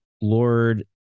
lord